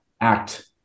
act